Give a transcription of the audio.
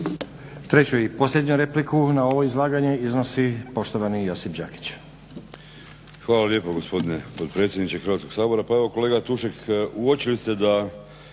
Treću i posljednju repliku na ovo izlaganje iznosi poštovani Josip Đakić.